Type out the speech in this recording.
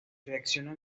reacciona